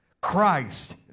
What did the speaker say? Christ